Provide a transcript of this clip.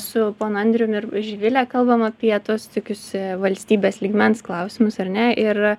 su ponu andriumi ir živile kalbam apie tuos tokius valstybės lygmens klausimus ar ne ir